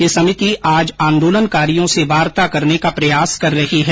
यह समिति आज आंदोलनकारियों से वार्ता करने का प्रयास कर रही है